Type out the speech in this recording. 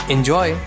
Enjoy